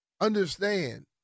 understand